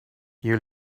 you